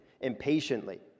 Impatiently